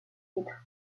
titres